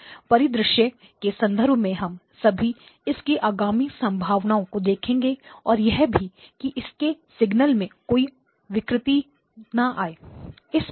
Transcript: इस परिदृश्य के संदर्भ में हम सब इसकी आगामी संभावनाओं को देखेंगे और यह भी कि इसके सिग्नल में कोई विकृति ना आए